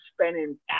spending